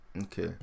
Okay